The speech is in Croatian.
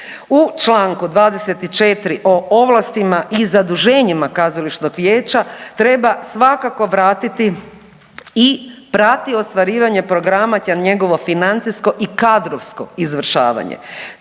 U čl. 24. o ovlastima i zaduženjima kazališnog vijeća treba svakako vratiti i prati ostvarivanje programa te njegovo financijsko i kadrovsko izvršavanje.